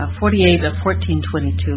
yes forty eight fourteen twenty two